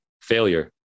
failure